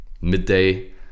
midday